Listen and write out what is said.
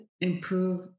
improve